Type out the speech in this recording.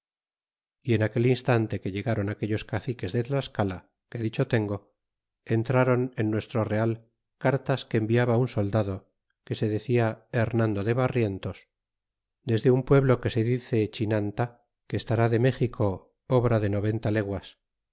y en aquel instante que llegáron aquellos caciques de tlascala que dicho tengo entraron en nuestro real cartas que enviaba un soldado que se decia remando de barrientos desde un pueblo que se dice chinanta que estará de méxico obra de noventa leguas